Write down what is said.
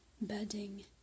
bedding